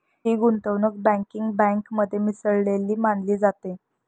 ही गुंतवणूक बँकिंग बँकेमध्ये मिसळलेली मानली जाते